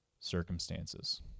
circumstances